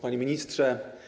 Panie Ministrze!